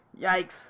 Yikes